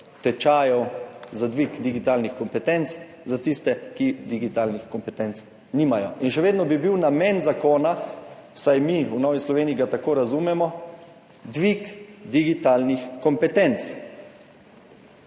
tečajev za dvig digitalnih kompetenc za tiste, ki digitalnih kompetenc nimajo, in še vedno bi bil namen zakona, vsaj mi v Novi Sloveniji ga tako razumemo, dvig digitalnih kompetenc.